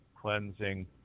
cleansing